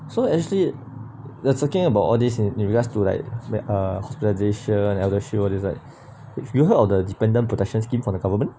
so actually you're talking about all these in you to like hospitalisation eldershield all this like if you heard of the dependent protection scheme from the government